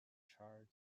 charred